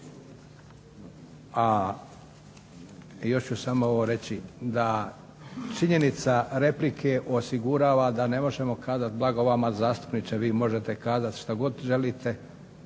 A još ću samo ovo reći da činjenica replike osigurava da ne možemo kada blago vama zastupniče vi možete kazati što god želite,